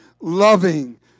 loving